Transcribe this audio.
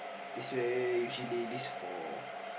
is where usually this for